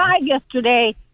yesterday